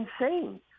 insane